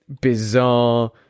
bizarre